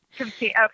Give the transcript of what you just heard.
Okay